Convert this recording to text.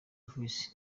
voice